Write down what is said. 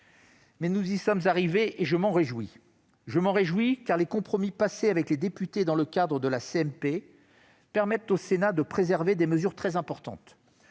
Mais nous y sommes arrivés, et je m'en réjouis. Je m'en réjouis, car les compromis passés avec les députés dans le cadre de la CMP permettent au Sénat de préserver des mesures très importantes.